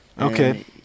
Okay